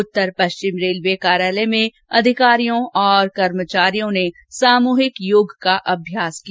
उत्तर पष्विम रेलवे कार्यालय में अधिकारियों और रेलकर्मचारियों ने सामूहिक योग का अभ्यास किया